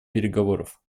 переговоров